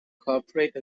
cooperate